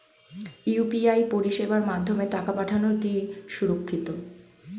UPI পরিষেবার মাধ্যমে টাকা পাঠানো কি সুরক্ষিত?